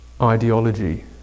ideology